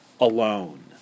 alone